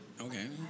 Okay